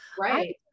right